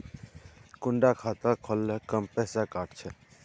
कुंडा खाता खोल ले कम पैसा काट छे?